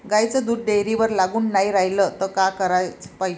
गाईचं दूध डेअरीवर लागून नाई रायलं त का कराच पायजे?